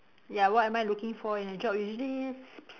ya what am I looking for in a job usually s~ p~